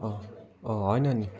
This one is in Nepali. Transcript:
अँ अँ होइन नि